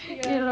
ya